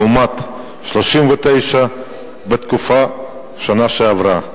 לעומת 39 באותה תקופה בשנה שעברה.